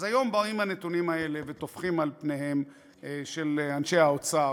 אז היום באים הנתונים האלה וטופחים על פניהם של אנשי האוצר,